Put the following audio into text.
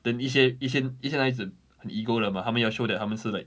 等一些一些一些男孩子很 ego 的 mah 他们要 show that 他们是 like